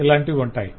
ఇలాంటివి ఉంటాయి